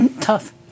Tough